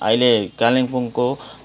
अहिले कालिम्पोङको